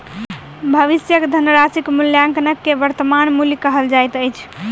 भविष्यक धनराशिक मूल्याङकन के वर्त्तमान मूल्य कहल जाइत अछि